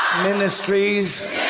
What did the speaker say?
ministries